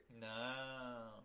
No